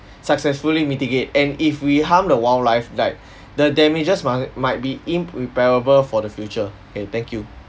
successfully mitigate and if we harm the wildlife like the damages mag~ might be irreparable for the future K thank you